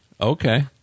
Okay